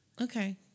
Okay